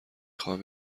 خواهم